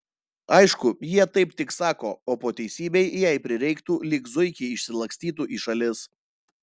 aišku jie taip tik sako o po teisybei jei prireiktų lyg zuikiai išsilakstytų į šalis